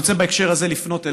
אני רוצה בהקשר הזה לפנות אליך,